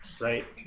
right